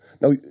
Now